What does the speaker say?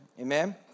Amen